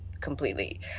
completely